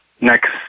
next